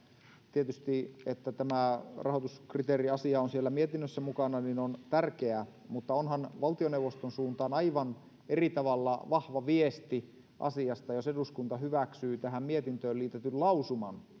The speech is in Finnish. tietysti se että tämä rahoituskriteeriasia on siellä mietinnössä mukana on tärkeää mutta onhan valtioneuvoston suuntaan aivan eri tavalla vahva viesti asiasta jos eduskunta hyväksyy tähän mietintöön liitetyn lausuman